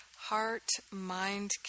heart-mind